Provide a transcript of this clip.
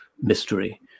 mystery